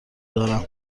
دارم